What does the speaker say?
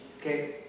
Okay